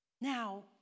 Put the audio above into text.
Now